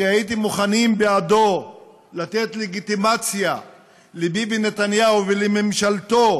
שהייתם מוכנים בעדו לתת לגיטימציה לביבי נתניהו ולממשלתו